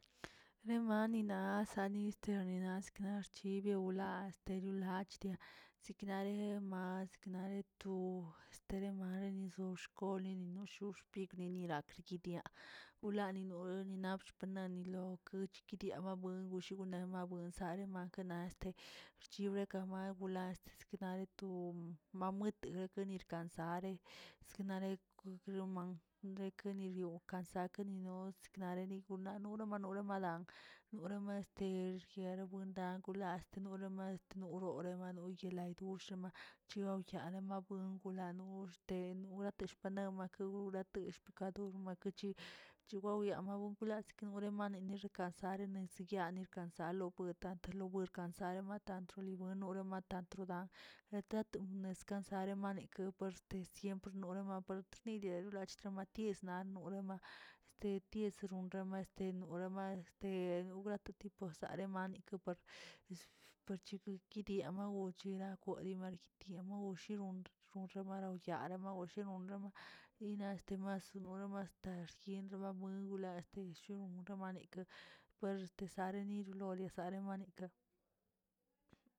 Nema nina sanis sdernina sklarachi bewla xteriw lachdiaꞌ seknayimats, seknale to stali- malini to xkolini wixpignini per chiniaꞌ tulani niaꞌ nabx panani lokech kidiawꞌ bawen gushanidia ema sabuen marekana naꞌ este xchini kabna wla este siknaꞌ to mamuete gakə nirkansare, signare ko gnoman renkeneriolkə ansakenino sanganerinanor manolo malang, norama este rkiara buendad gulaa norama duuwnoro bane lleg lam bushema chyo yare mabuing ungulanuch tulonasshteg paneg pakura gueteg kadu maka dech chuwaoya makedask laurenla makedexink daa sare menkesid salobueta talobuenka saema atatila buenro romatat tatodra, natat descansa aremanik te siempre noni notrnide de wlallki matis na nuul este ties ronrabə este noraba este nogra tu tipo sarema nikawer, par chikidiaamu chiragoyeeba tiamo shiragon gonremaro yaalə mawashirunraba nina este mar sinoro astadaxyenla babuen wla este shion ronra manik, puerto sanen nililora sanen waniklə.